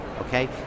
okay